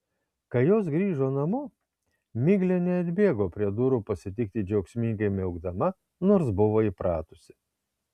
kai jos grįžo namo miglė neatbėgo prie durų pasitikti džiaugsmingai miaukdama nors buvo įpratusi